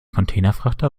containerfrachter